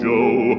Joe